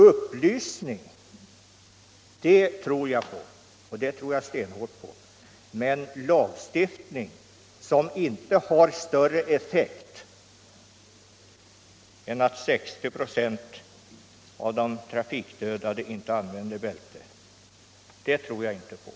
Upplysning tror jag stenhårt på, men en lagstiftning som inte har haft större effekt än att 60 96 av de trafikdödade inte använt bälte tror jag inte på.